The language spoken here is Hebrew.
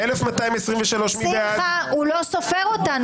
1,226 מי בעד?